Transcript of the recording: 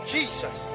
Jesus